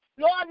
Lord